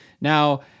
Now